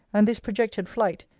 and this projected flight,